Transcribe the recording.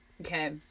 Okay